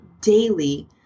daily